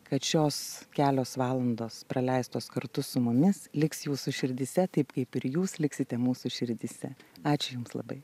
kad šios kelios valandos praleistos kartu su mumis liks jūsų širdyse taip kaip ir jūs liksite mūsų širdyse ačiū jums labai